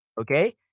Okay